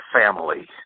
Family